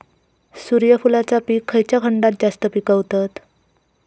सूर्यफूलाचा पीक खयच्या खंडात जास्त पिकवतत?